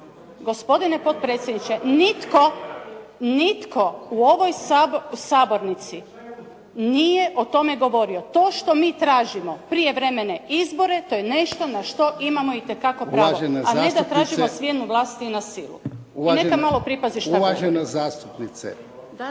Gospodine potpredsjedniče, nitko u ovoj Sabornici nije o tome govorio. To što mi tražimo prijevremene izbore to je nešto na što imamo itekako pravo a ne da tražimo smjenu vlasti na silu. I neka malo pripazi što govori.